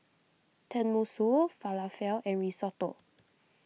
Tenmusu Falafel and Risotto